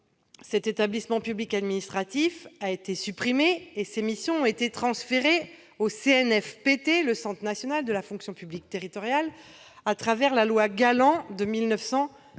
cet établissement public administratif a été supprimé et ses missions transférées au CNFPT, le Centre national de la fonction publique territoriale, par la loi du 13